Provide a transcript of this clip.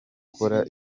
gukora